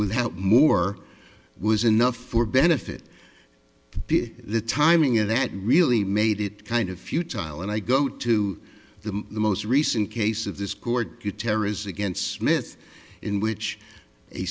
with help more was enough for benefit the timing of that really made it kind of futile and i go to the the most recent case of this court you terrorism against smith in which a